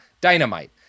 dynamite